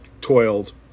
toiled